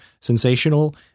sensational